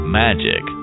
magic